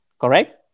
Correct